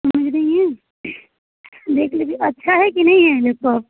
समझ रही हैं देख लीजिए अच्छा है कि नहीं है लेप्टोप